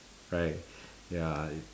right ya